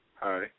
Hi